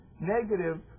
negative